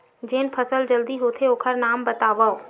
जेन फसल जल्दी होथे ओखर नाम बतावव?